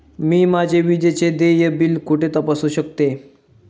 मी माझे विजेचे देय बिल कुठे तपासू शकते?